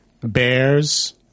Bears